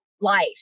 life